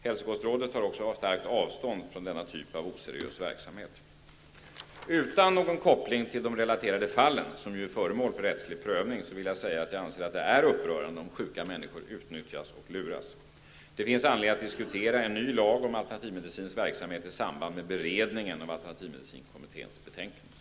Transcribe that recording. Hälsokostrådet tar också starkt avstånd från denna typ av oseriös verksamhet. Utan någon koppling till de relaterade fallen, som ju är föremål för rättslig prövning, vill jag säga att jag anser att det är upprörande om sjuka människor utnyttjas och luras. Det finns anledning att diskutera en ny lag om alternativmedicinsk verksamhet i samband med beredningen av alternativmedicinkommitténs betänkande.